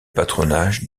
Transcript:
patronage